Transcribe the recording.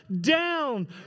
down